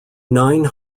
nine